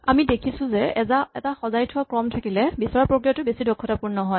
আমি দেখিছো যে এটা সজাই থোৱা ক্ৰম থাকিলে বিচৰা প্ৰক্ৰিয়াটো বেছি দক্ষতাপূৰ্ণ হয়